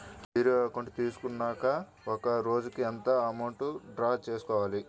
Zero account తీసుకున్నాక ఒక రోజుకి ఎంత అమౌంట్ డ్రా చేసుకోవాలి?